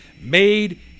made